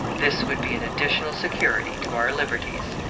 this would be an additional security to our liberties.